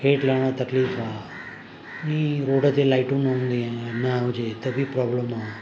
हेठि लहणु तकलीफ़ु आहे ॿीं रोड ते लाइटियूं न हूंदी आहिनि न हुजे त बि प्रॉब्लम आहे